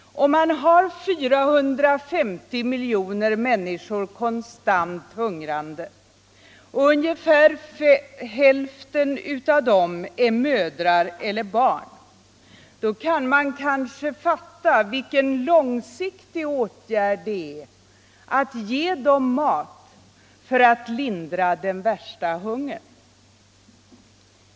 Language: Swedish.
Om man vet att det finns 450 miljoner människor som är konstant hungrande, och vet att ungefär hälften av dem är mödrar eller barn, kan man kanske fatta vilken långsiktig åtgärd det är att ge dem mat för att lindra den värsta hungern.